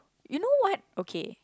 you know what okay